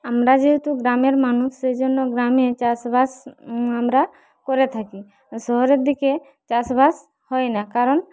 আমরা যেহেতু গ্রামের মানুষ সেজন্য গ্রামে চাষবাস আমরা করে থাকি শহরের দিকে চাষবাস হয় না কারণ